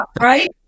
Right